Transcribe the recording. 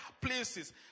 places